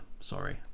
Sorry